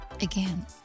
again